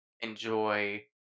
enjoy